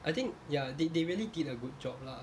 I think ya they they really did a good job lah